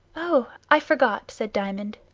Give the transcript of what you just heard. oh! i forgot, said diamond,